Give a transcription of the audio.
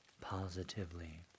positively